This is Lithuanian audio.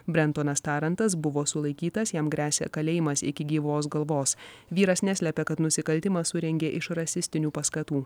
brentonas tarantas buvo sulaikytas jam gresia kalėjimas iki gyvos galvos vyras neslepia kad nusikaltimą surengė iš rasistinių paskatų